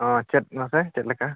ᱚ ᱪᱮᱫ ᱢᱟᱥᱮ ᱪᱮᱫ ᱞᱮᱠᱟ